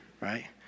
right